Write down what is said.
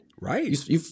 Right